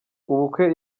ubukwe